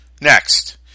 Next